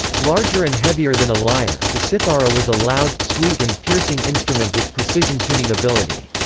larger and heavier than a lyre, the cithara was a loud, sweet and piercing instrument with precision tuning ability.